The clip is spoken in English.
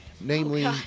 namely